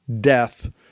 death